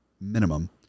minimum